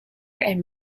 and